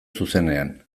zuzenean